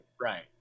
Right